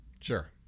Sure